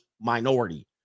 minority